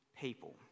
people